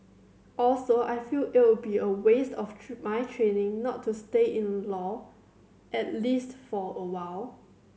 also I feel it'll be a waste of my training not to stay in law at least for a while